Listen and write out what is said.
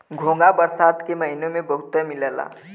घोंघा बरसात के महिना में बहुते मिलला